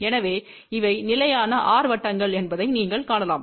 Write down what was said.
எனவே இவை நிலையான R வட்டங்கள் என்பதை நீங்கள் காணலாம்